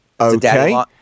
okay